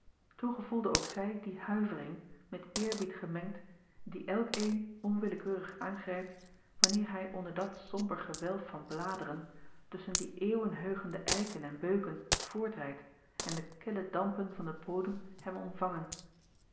toen gevoelde ook zij die huivering met eerbied gemengd die elkeen onwillekeurig aangrijpt wanneer hij onder dat somber gewelf van bladeren tusschen die eeuwenheugende eiken en beuken voortrijdt en de kille dampen van den bodem hem omvangen